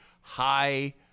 high